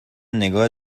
نگاه